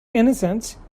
innocence